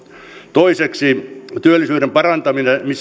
toiseksi työllisyyden parantamisen